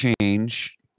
change